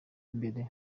imbere